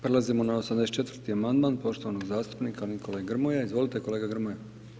Prelazimo na 84. amandman poštovanog zastupnika Nikole Grmoje, izvolite kolega Grmoja.